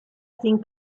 sin